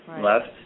left